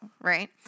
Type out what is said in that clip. right